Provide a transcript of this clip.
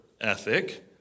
ethic